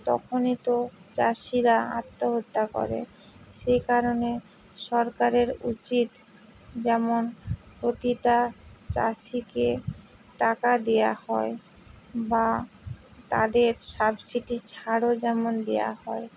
তখনই তো চাষীরা আত্মহত্যা করে সে কারণে সরকারের উচিত যেমন প্রতিটা চাষীকে টাকা দেওয়া হয় বা তাদের সাবসিটির ছাড়ও যেমন দেওয়া হয়